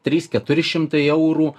trys keturi šimtai eurų